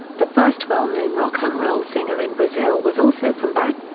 the first well-known rock'n roll singer in brazil was also from bahia.